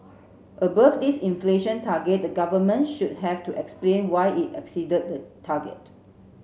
above this inflation target the government should have to explain why it exceeded the target